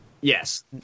Yes